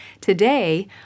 Today